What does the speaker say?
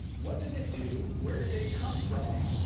what does it do? where does it come from?